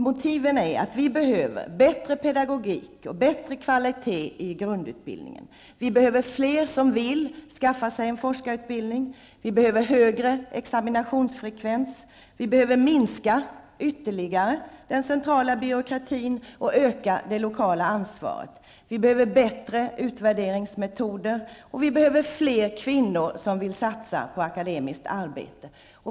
Motiven är att vi behöver bättre pedagogik och bättre kvalitet i grundutbildningen. Vi behöver fler som vill skaffa sig en forskarutbildning. Vi behöver högre examinationsfrekvens. Vi behöver ytterligare minska den centrala byråkratin och öka det lokala ansvaret. Vi behöver bättre utvärderingsmetoder. Vi behöver fler kvinnor som vill satsa på akademiskt arbete.